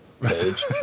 page